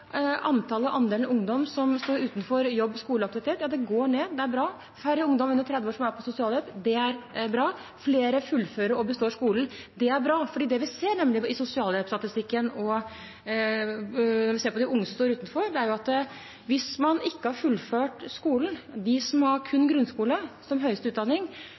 antallet og andelen ungdom som står utenfor jobb, skole og aktivitet, går ned. Det er bra. Det er færre ungdom under 30 år som er på sosialhjelp, det er bra. Flere fullfører og består skolen, det er bra. Det vi nemlig ser i sosialhjelpstatistikken og når vi ser på de unge som står utenfor, er at hvis man ikke har fullført skolen, hvis man har kun grunnskole som høyeste utdanning,